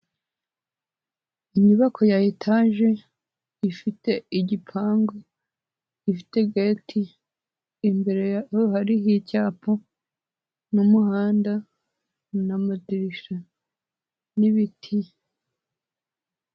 Inyubako ya etaje ifite igipangu, ifite geti, imbere yaho hariho icyapa n'umuhanda n'amadirisha n'ibiti.